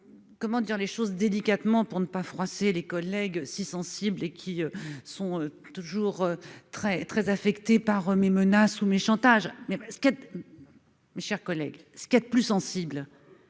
comment dire les choses, délicatement, pour ne pas froisser les collègues si sensible et qui sont toujours très, très affecté par menace ou mes chantage mais ce qui, mes chers collègues, ce qu'a de plus sensible,